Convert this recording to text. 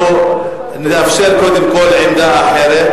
אנחנו נאפשר קודם כול עמדה אחרת.